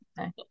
Okay